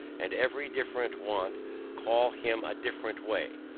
and every different want call him a different way.